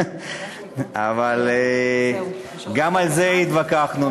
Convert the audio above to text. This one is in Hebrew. אבל גם על זה התווכחנו,